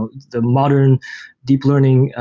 the modern deep learning,